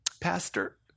Pastor